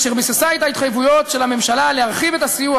אשר ביססה את ההתחייבויות של הממשלה להרחיב את הסיוע